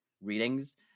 readings